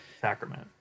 sacrament